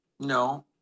No